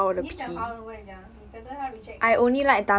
你讲华文我跟你讲你 later 他 reject 你